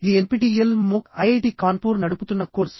ఇది NPTEL MOOC IIT Kanpur నడుపుతున్న course